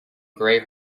gray